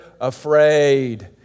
afraid